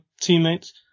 teammates